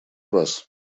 раз